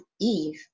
Eve